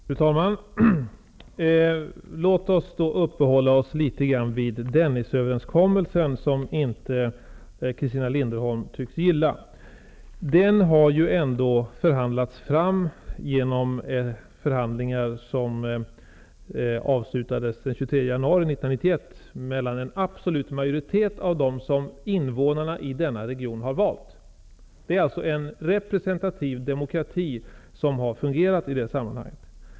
Fru talman! Låt oss uppehålla oss litet grand vid Linderholm inte tycks gilla. Denna överenskommelse har ju ändå träffats den 23 januari 1991 genom förhandlingar mellan en absolut majoritet av dem som kommuninnevånarna har valt. Det är alltså en representativ demokrati som har fungerat i detta sammanhang.